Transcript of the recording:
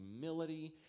humility